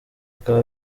akaba